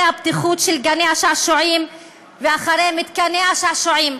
הבטיחות של גני-השעשועים ואחרי מתקני השעשועים.